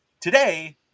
Today